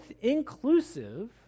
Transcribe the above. inclusive